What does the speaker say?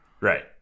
Right